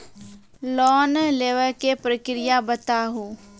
Loan लेवे के प्रक्रिया बताहू?